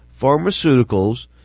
Pharmaceuticals